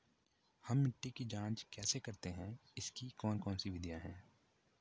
हम मिट्टी की जांच कैसे करते हैं इसकी कौन कौन सी विधियाँ है?